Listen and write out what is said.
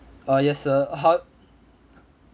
ah yes sir how